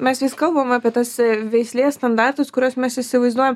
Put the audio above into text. mes vis kalbam apie tas veislės standartus kuriuos mes įsivaizduojam